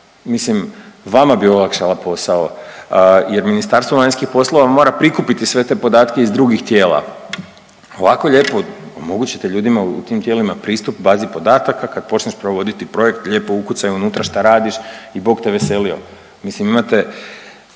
Mislim vama bi olakšala posao, jer Ministarstvo vanjskih poslova mora prikupiti sve te podatke iz drugih tijela. Ovako lijepo omogućite ljudima u tim tijelima pristup bazi podataka kad počneš provoditi projekt lijepo ukucaj unutra šta radiš i bog te veselio. Mislim imate